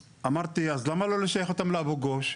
אמרתי, אז למה לא לשייך אותם לאבו גוש?